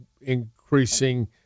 increasing